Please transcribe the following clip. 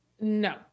No